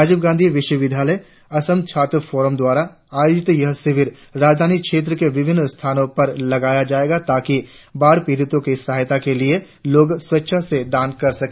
राजीव गांधी विश्वविद्यालय असम छात्र फोरम द्वारा आयोजित यह शिविर राजधानी क्षेत्र के विभिन्न स्थानों पर लगाया जाएगा ताकि बाढ़ पीडितों की सहायता के लिए लोग स्वेच्छा से दान कर सके